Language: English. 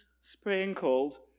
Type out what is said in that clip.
sprinkled